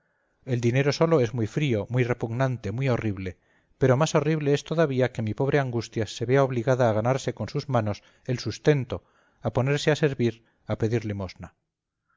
el dinero solo es muy frío muy repugnante muy horrible pero más horrible es todavía que mi pobre angustias se vea obligada a ganarse con sus manos el sustento a ponerse a servir a pedir limosna